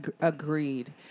agreed